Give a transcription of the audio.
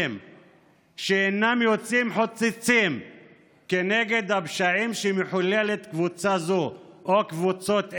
על שאינם יוצאים חוצץ כנגד הפשעים שמחוללות קבוצה זו או קבוצות אלה.